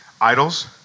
idols